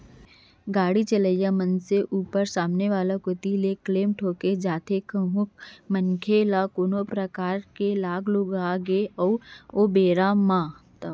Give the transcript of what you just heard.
गाड़ी चलइया मनसे ऊपर सामने वाला कोती ले क्लेम ठोंके जाथे कहूं मनखे ल कोनो परकार ले लग लुगा गे ओ बेरा म ता